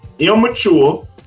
immature